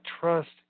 trust